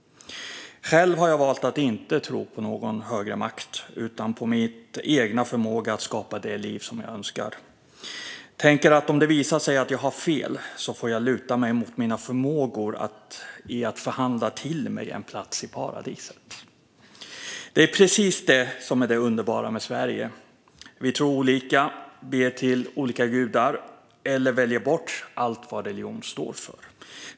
Själv har jag valt att inte tro på någon högre makt utan på min egen förmåga att skapa det liv som jag önskar. Om det visar sig att jag har fel får jag väl luta mig mot min förmåga att förhandla mig till en plats i paradiset. Det är precis det som är det underbara med Sverige: Vi tror olika, ber till olika gudar eller väljer bort allt vad religion står för.